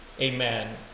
Amen